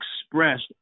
expressed